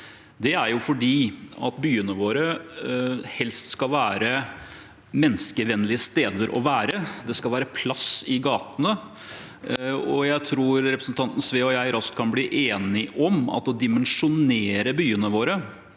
Det er fordi byene våre helst skal være menneskevennlige steder å være. Det skal være plass i gatene. Jeg tror representanten Sve og jeg raskt kan bli enige om at å dimensjonere byene våre